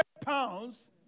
pounds